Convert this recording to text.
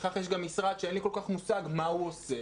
ולפיכך יש גם משרד שאין לי כל כך מושג מה הוא עושה.